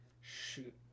Shoot